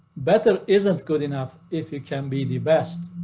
that's a isn't good enough if it can be the best.